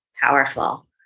powerful